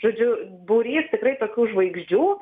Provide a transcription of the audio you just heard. žodžiu būrys tikrai tokių žvaigždžių